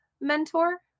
mentor